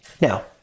Now